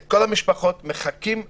של כל המשפחות שמחכות להגיע,